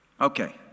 Okay